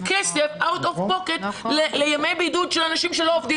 כסף out of pocket לימי בידוד של אנשים שלא עובדים.